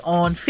on